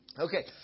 Okay